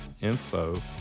info